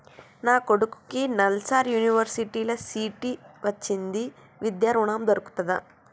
నా కొడుకుకి నల్సార్ యూనివర్సిటీ ల సీట్ వచ్చింది విద్య ఋణం దొర్కుతదా?